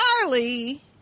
Charlie